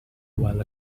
while